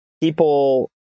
people